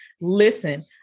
listen